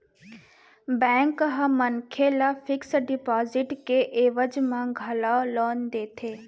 bank ह मनखे ल फिक्स डिपाजिट के एवज म घलोक लोन देथे